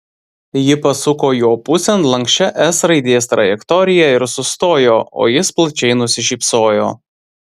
ji pasuko jo pusėn lanksčia s raidės trajektorija ir sustojo o jis plačiai nusišypsojo